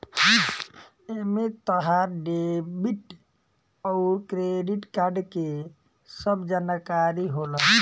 एमे तहार डेबिट अउर क्रेडित कार्ड के सब जानकारी होला